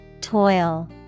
Toil